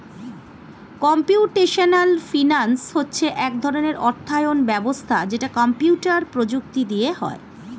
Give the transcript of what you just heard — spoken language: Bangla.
কম্পিউটেশনাল ফিনান্স হচ্ছে এক ধরণের অর্থায়ন ব্যবস্থা যেটা কম্পিউটার প্রযুক্তি দিয়ে হয়